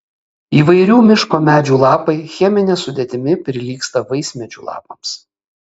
įvairių miško medžių lapai chemine sudėtimi prilygsta vaismedžių lapams